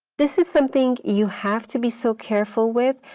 this is something you have to be so careful with,